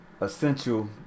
essential